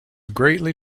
greatly